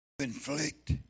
Inflict